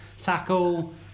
tackle